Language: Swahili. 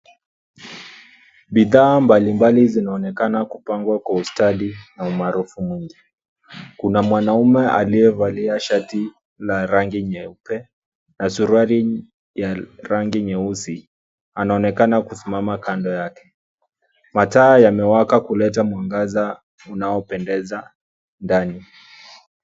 Bidhaa mbalimbali zinaonekana kupangwa kwa ustadi na umaarufu mwingi. Kuna mwanamume aliyevalia shati la rangi nyeupe na suruali ya rangi, nyeusi anaonekana kusimama kando yake. Mataa yamewaka kuleta mwangaza unaopendeza ndani.